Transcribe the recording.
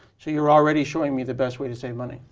so you're already showing me the best way to save money.